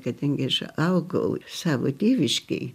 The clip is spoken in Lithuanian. kadangi aš augau savo tėviškėj